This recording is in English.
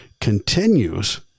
continues